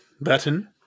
Button